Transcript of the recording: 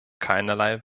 keinerlei